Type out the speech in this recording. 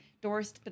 Doris